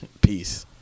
Peace